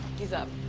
he's up.